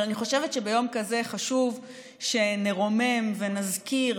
אבל אני חושבת שביום כזה חשוב שנרומם ונזכיר,